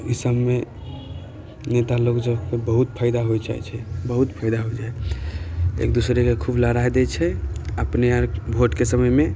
इसबमे नेता लोकसबके बहुत फायदा हो जाइ छै बहुत फायदा हो जाइ एक दूसरेके खूब लड़ा दै छै अपने भोटके समयमे